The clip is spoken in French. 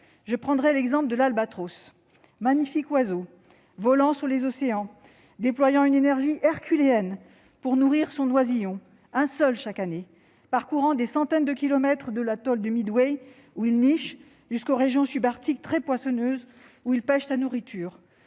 j'évoquerai l'exemple de l'albatros. Magnifique oiseau volant sur les océans, déployant une énergie herculéenne pour nourrir son oisillon- un seul chaque année -, il parcourt des centaines de kilomètres de l'atoll de Midway, où il niche, jusqu'aux régions subarctiques très poissonneuses, où il pêche sa nourriture.